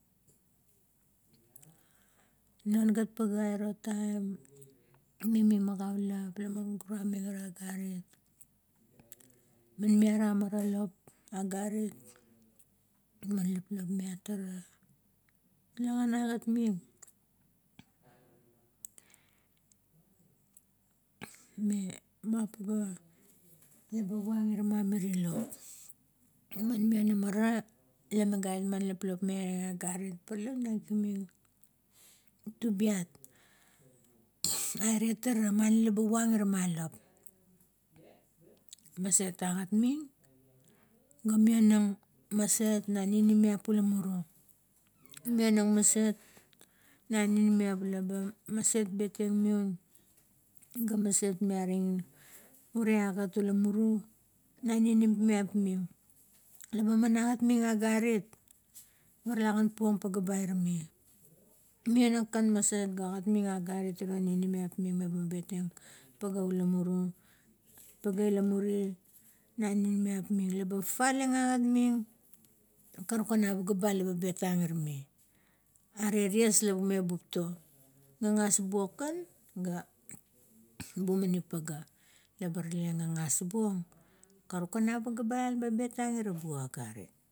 Non gat pagea, iro taim, mimi magaulip laman guraming ara agarit, man miaram ara lop agarit na lip mat tara. Tale gan agat ming, me mapagea laba puang ira ma mirie lop. Laman muonamara la mi ga man loplop miang agarit parale me usin ming tubiat ire tara mani laba puang ira ma lop, maset agat ming, ga mionang maset na ninimiap ula u marot. Minang maset na ninimiap laba petieng miun, ga maset miaring ure agat ula muru na ninimiap ming. Laba man agatming agarit ga ralagan puong pagea ba ira mi, mionang kan maset ga agat minng agarit iro ninimiap ming leba betieng pagea ula muri, pagea i la muri na ninimiap ming. Laba fafala ang agat ming karukan a pagea ba laba betang ira mi, are ties la bume, bupto, gagas buong kan, ga bumaning pagea, laba rale gagas buong karukan a pagea ba, ba beteng ira buo agarit.